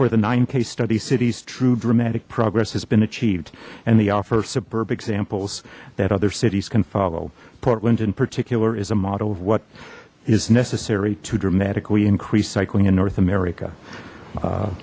for the nine case study cities true dramatic progress has been achieved and the offer of superb examples that other cities can follow portland in particular is a model of what is necessary to dramatically increase cycling in north america